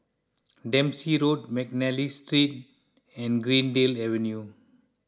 Dempsey Road McNally Street and Greendale Avenue